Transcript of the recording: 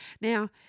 Now